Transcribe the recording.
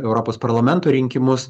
europos parlamento rinkimus